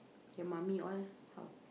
your mommy all how